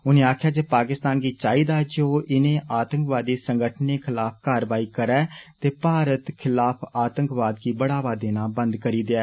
उनें आक्खेआ जे पाकिस्तान गी चाहिदा ऐ जे ओ इनें आतंकवादी संगठनें खिलाफ कारवाई करै ते भारत खिलाफ आतंकवाद गी बढ़ावा देना बंद करी देए